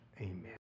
amen